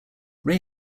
ray